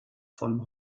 von